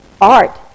art